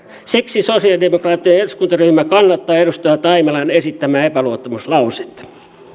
siksi sosialidemokraattinen eduskuntaryhmä kannattaa edustaja taimelan esittämää epäluottamuslausetta